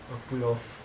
a pool of